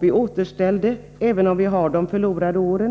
Vi återställde det hela, även om vi har de förlorade åren.